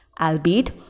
Albeit